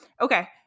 Okay